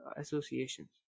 associations